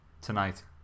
tonight